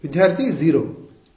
ವಿದ್ಯಾರ್ಥಿ 0